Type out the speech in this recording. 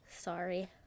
sorry